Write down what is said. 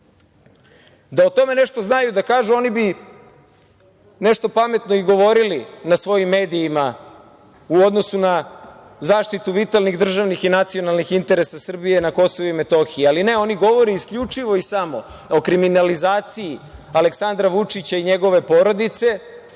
o tome nešto znaju da kažu, oni bi nešto pametno i govorili na svojim medijima u odnosu na zaštitu vitalnih državnih i nacionalnih interesa Srbije na Kosovu i Metohiji. Ali ne, oni govore isključivo i samo o kriminalizaciji Aleksandra Vučića i njegove porodice